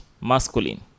masculine